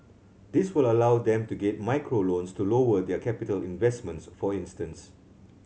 this will allow them to get micro loans to lower their capital investments for instance